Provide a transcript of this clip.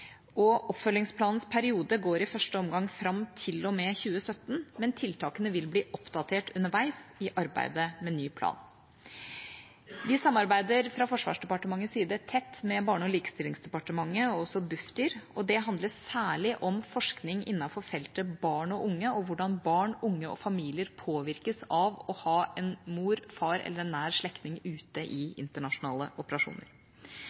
Oppfølgingsplanens periode går i første omgang fram til og med 2017, men tiltakene vil bli oppdatert underveis i arbeidet med ny plan. Vi samarbeider fra Forsvarsdepartementets side tett med Barne- og likestillingsdepartementet og Bufdir, og det handler særlig om forskning innenfor feltet barn og unge og hvordan barn, unge og familier påvirkes av å ha en mor, en far eller en nær slektning ute i internasjonale operasjoner.